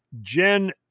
Jen